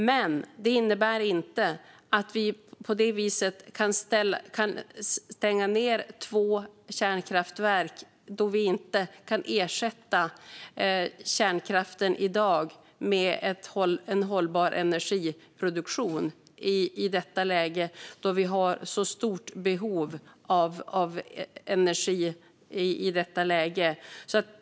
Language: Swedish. Men det innebär inte att vi på det viset kan stänga ned två kärnkraftverk då vi inte i dag kan ersätta kärnkraften med en hållbar energiproduktion, i detta läge då vi har så stort behov av energi.